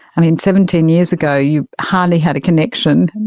seventeen years ago you hardly had a connection.